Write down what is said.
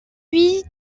huit